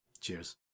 Cheers